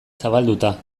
zabalduta